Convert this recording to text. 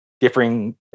differing